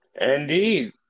Indeed